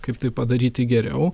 kaip tai padaryti geriau